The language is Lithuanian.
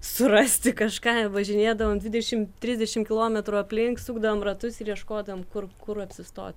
surasti kažką važinėdavom dvidešim trisdešim kilometrų aplink sukdavom ratus ir ieškodavom kur kur apsistot